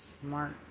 smart